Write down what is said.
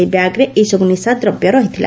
ସେହି ବ୍ୟାଗ୍ରେ ଏସବୁ ନିଶାଦ୍ରବ୍ୟ ରହିଥିଲା